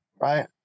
right